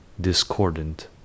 discordant